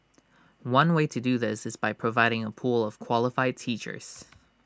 one way to do this is by providing A pool of qualified teachers